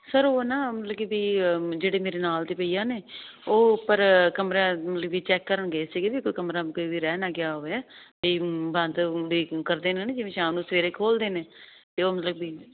sir ਉਹ ਨਾ ਕਿ ਜਿਹੜੇ ਮੇਰੇ ਨਾਲ ਦੇ ਪਈਆ ਨੇ ਉਹ ਪਰ ਕਮਰਾ ਵੀ ਚੈੱਕ ਕਰਨਗੇ ਸੀ ਕੋਈ ਕਮਰਾ ਵੀ ਰਹਿ ਨਾ ਗਿਆ ਹੋਵੇ ਬੰਦ ਕਰਦੇ ਨੇ ਨਾ ਜਿਵੇਂ ਸ਼ਾਮ ਨੂੰ ਸਵੇਰੇ ਖੋਲਦੇ ਨੇ ਤੇ ਉਹ ਮਤਲਬ ਵੀ